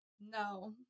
No